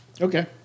Okay